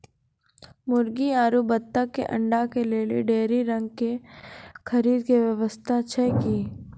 मुर्गी आरु बत्तक के अंडा के लेली डेयरी रंग के खरीद के व्यवस्था छै कि?